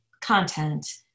content